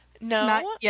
no